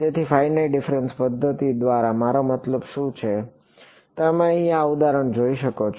તેથી finite difference પદ્ધતિઓ દ્વારા મારો મતલબ શું છે તમે અહીં આ ઉદાહરણને જોઈ શકો છો